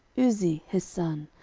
uzzi his son,